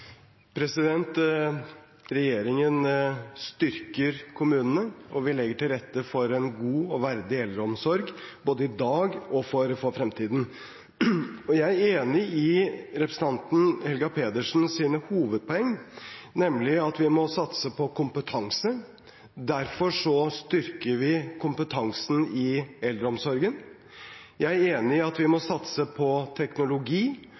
Regjeringen styrker kommunene, og vi legger til rette for en god og verdig eldreomsorg, både i dag og for fremtiden. Jeg er enig i representanten Helga Pedersens hovedpoeng, nemlig at vi må satse på kompetanse. Derfor styrker vi kompetansen i eldreomsorgen. Jeg er enig i at vi må satse på teknologi.